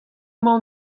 mañ